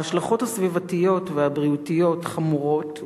ההשלכות הסביבתיות והבריאותיות חמורות,